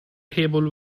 table